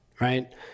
right